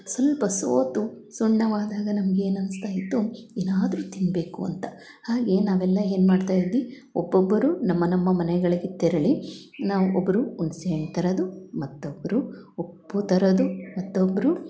ಸ್ವಲ್ಪ ಸೋತು ಸುಣ್ಣವಾದಾಗ ನಮ್ಗಗೆ ಏನು ಅನಿಸ್ತ ಇತ್ತು ಏನಾದರು ತಿನ್ನಬೇಕು ಅಂತ ಹಾಗೆ ನಾವೆಲ್ಲ ಏನು ಮಾಡ್ತಾಯಿದ್ವಿ ಒಬ್ಬೊಬ್ಬರು ನಮ್ಮ ನಮ್ಮ ಮನೆಗಳಿಗೆ ತೆರಳಿ ನಾವು ಒಬ್ಬರು ಹುಣ್ಸೆ ಹಣ್ ತರೋದು ಮತ್ತೊಬ್ಬರು ಉಪ್ಪು ತರೋದು ಮತ್ತೊಬ್ಬರು